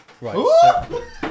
Right